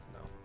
no